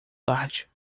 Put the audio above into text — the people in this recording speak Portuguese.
tarde